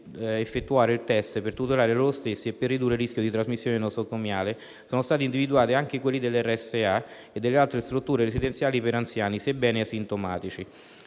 effettuare il test per tutelare loro stessi e per ridurre il rischio di trasmissione nosocomiale, sono stati individuati anche quelli delle RSA e delle altre strutture residenziali per anziani sebbene asintomatici.